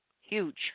Huge